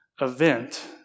event